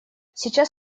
сейчас